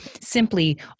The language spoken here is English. simply